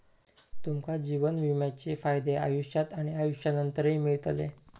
तुमका जीवन विम्याचे फायदे आयुष्यात आणि आयुष्यानंतरही मिळतले